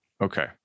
Okay